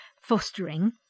fostering